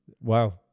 Wow